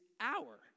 hour